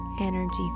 energy